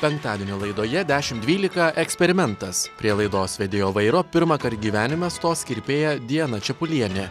penktadienio laidoje dešimt dvylika eksperimentas prie laidos vedėjo vairo pirmąkart gyvenime stos kirpėja diana čepulienė